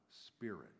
Spirit